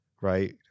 right